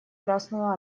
красную